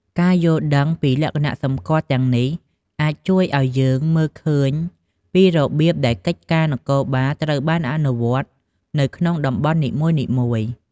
ការយល់ដឹងពីលក្ខណៈសម្គាល់ទាំងនេះអាចជួយឱ្យយើងមើលឃើញពីរបៀបដែលកិច្ចការនគរបាលត្រូវបានអនុវត្តនៅក្នុងតំបន់នីមួយៗ។